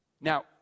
Now